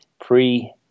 pre-